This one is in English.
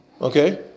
Okay